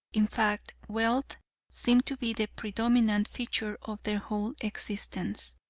in fact, wealth seemed to be the predominant feature of their whole existence.